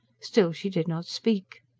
still she did not speak.